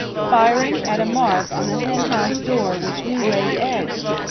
firing at a mark on the henhouse door with new-laid eggs,